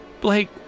Blake